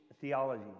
theology